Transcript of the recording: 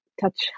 touch